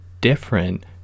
different